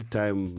time